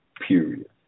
period